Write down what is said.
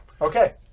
Okay